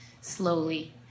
slowly